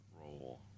roll